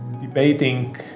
debating